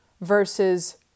versus